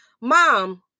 mom